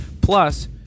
Plus